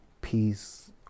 peace